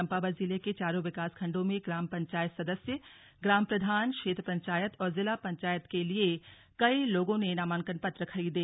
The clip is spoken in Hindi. चम्पावत जिले के चारों विकास खण्डों में ग्राम पंचायत सदस्य ग्राम प्रधान क्षेत्र पंचायत और जिला पंचायत के लिए कई लोगों ने नामांकन पत्र खरीदे